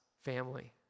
family